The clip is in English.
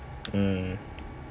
mm